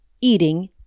eating